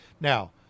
Now